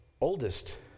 oldest